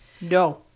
No